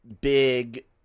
big